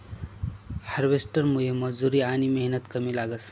हार्वेस्टरमुये मजुरी आनी मेहनत कमी लागस